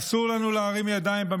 אסור לנו להרים ידיים.